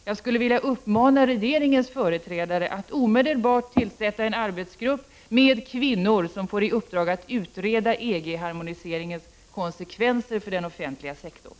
Jag vill uppmana regeringens företrädare att omedelbart tillsätta en arbetsgrupp med kvinnor, som får i uppdrag att utreda EG-harmoniseringens konsekvenser för den offentliga sektorn.